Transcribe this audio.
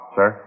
Sir